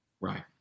Right